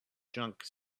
junk